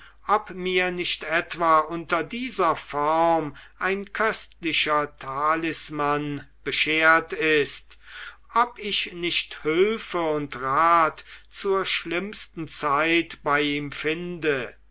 ob mir nicht etwa unter dieser form ein köstlicher talisman beschert ist ob ich nicht hülfe und rat zur schlimmsten zeit bei ihm finde